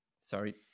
sorry